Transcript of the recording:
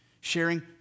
sharing